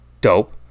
Dope